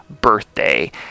birthday